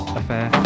affair